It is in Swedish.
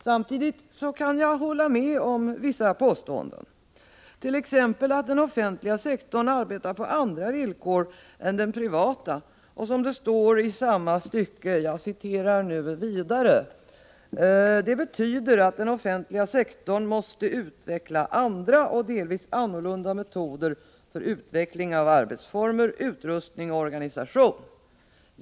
Samtidigt kan jag hålla med om vissa påståenden i regeringens skrivelse, t.ex. att den offentliga sektorn arbetar på andra villkor än den privata och — som det står i samma stycke: ”Det betyder att den offentliga sektorn måste utveckla andra och delvis annorlunda metoder för utveckling av arbetsformer, utrustning och organisation.